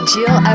Jill